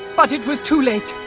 but it was too late!